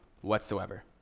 whatsoever